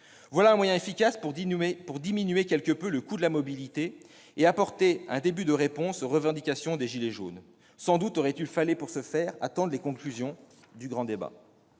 Voilà un moyen efficace pour diminuer quelque peu le coût de la mobilité et apporter un début de réponse aux revendications des « gilets jaunes »! Mes chers collègues, sans doute aurait-il fallu, pour ce faire, attendre les conclusions du grand débat.